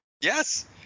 Yes